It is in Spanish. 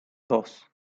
dos